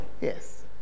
yes